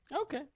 Okay